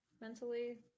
mentally